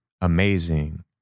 Amazing